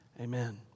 Amen